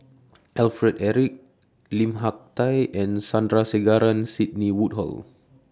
Alfred Eric Lim Hak Tai and Sandrasegaran Sidney Woodhull